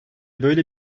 böyle